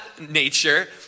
nature